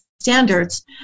standards